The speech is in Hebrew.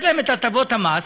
ולתת להם את הטבות המס,